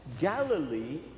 Galilee